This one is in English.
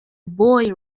boy